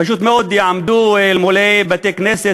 פשוט מאוד יעמדו מול בתי-כנסת,